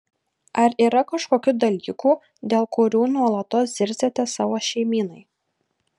ar yra kažkokių dalykų dėl kurių nuolatos zirziate savo šeimynai